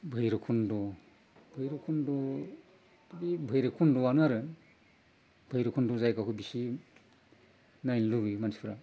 भैराबकुन्द' भैराबकुन्द' बे भैराबकुन्द'आनो आरो भैराबकुन्द' जायगाखौ बिसि नायनो लुगैयो मानसिफोरा